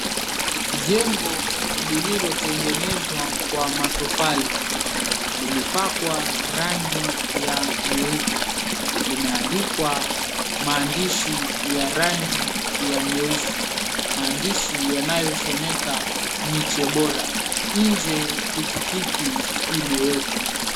Jengo lililotengenezwa kwa matofali, limepakwa rangi ya nyeupe limeandikwa maandishi ya rangi ya nyeusi. Maandishi yanayosomeka, Miche Bora. Nje pikipiki imewekwa.